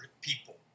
people